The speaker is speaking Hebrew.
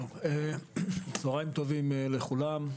צוהריים טובים לכולם.